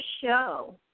show